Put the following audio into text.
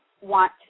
want